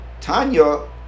Tanya